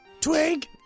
Twig